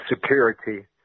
security